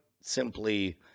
simply